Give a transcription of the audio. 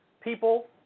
people